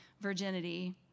virginity